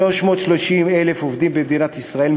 330,000 עובדים במדינת ישראל,